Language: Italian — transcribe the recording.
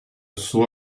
sua